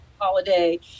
Holiday